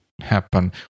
happen